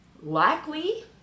likely